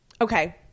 okay